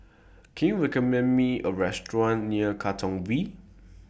Can YOU recommend Me A Restaurant near Katong V